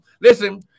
listen